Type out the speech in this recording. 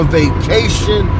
vacation